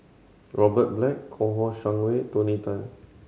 Robert Black Kouo Shang Wei Tony Tan